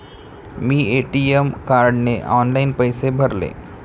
मी ATM कार्डने online पैसे भरले